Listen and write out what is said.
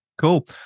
Cool